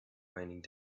raining